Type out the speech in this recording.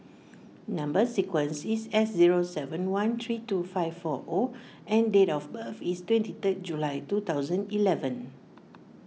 Number Sequence is S zero seven one three two five four O and date of birth is twenty third July two thousand eleven